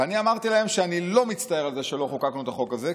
ואני אמרתי להם שאני לא מצטער על זה שלא חוקקנו את החוק הזה,